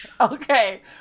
Okay